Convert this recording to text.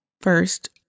First